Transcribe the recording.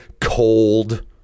cold